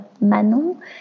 manon